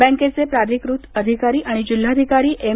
बँकेचे प्राधिकृत अधिकारी आणि जिल्हाधिकारी एम